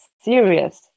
serious